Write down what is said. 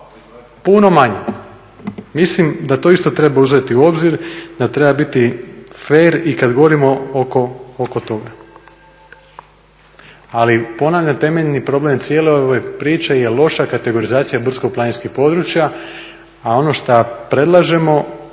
Puno manji. Mislim da to isto treba uzeti u obzir, da treba biti fer i kad govorimo oko toga. Ali ponavljam, temeljni problem cijele ove priče je loša kategorizacija brdsko-planinskih područja, a ono šta predlažemo